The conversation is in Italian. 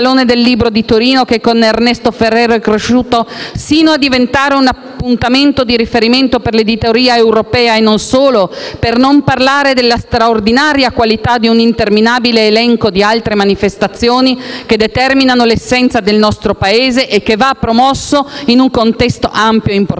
il Salone del libro di Torino, che con Ernesto Ferrero è cresciuto sino a diventare un appuntamento di riferimento per l'editoria europea e non solo? Per non parlare della straordinaria qualità di un interminabile elenco di altre manifestazioni, che determinano l'essenza del nostro Paese e che va promosso in un contesto ampio e importante.